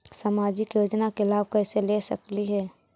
सामाजिक योजना के लाभ कैसे ले सकली हे?